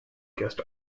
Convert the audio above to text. guest